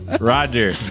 Roger